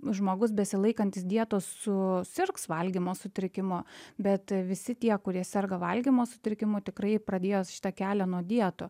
žmogus besilaikantis dietos susirgs valgymo sutrikimo bet visi tie kurie serga valgymo sutrikimu tikrai pradėjo šitą kelią nuo dietų